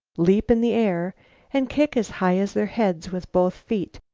leap in the air and kick as high as their heads with both feet,